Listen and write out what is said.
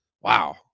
wow